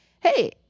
Hey